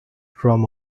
from